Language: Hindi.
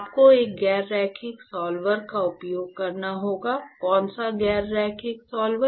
आपको एक गैर रेखीय सॉल्वर का उपयोग करना होगा कौन सा गैर रेखीय सॉल्वर